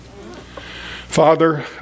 Father